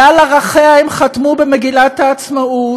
ועל ערכיה הם חתמו במגילת העצמאות,